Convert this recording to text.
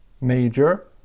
Major